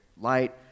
light